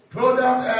Product